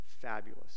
fabulous